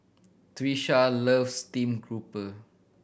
Trisha loves steamed grouper